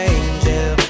angel